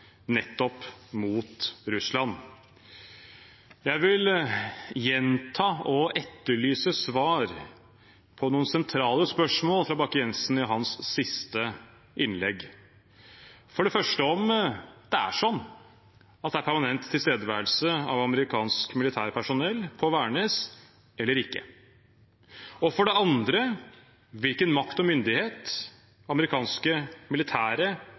nettopp mot Russland. Jeg vil gjenta og etterlyse svar på noen sentrale spørsmål fra Bakke-Jensens siste innlegg. For det første: Er det permanent tilstedeværelse av amerikansk militærpersonell på Værnes, eller ikke? For det andre: Hvilken makt og myndighet har amerikanske militære